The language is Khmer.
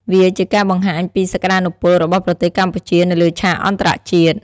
វាជាការបង្ហាញពីសក្តានុពលរបស់ប្រទេសកម្ពុជានៅលើឆាកអន្តរជាតិ។